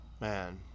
man